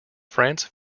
france